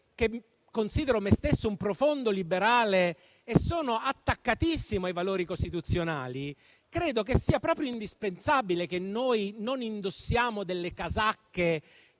che considero me stesso un profondo liberale e sono attaccatissimo ai valori costituzionali, credo che sia proprio indispensabile che noi non indossiamo le casacche